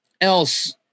else